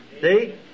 See